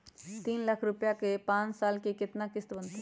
तीन लाख रुपया के पाँच साल के केतना किस्त बनतै?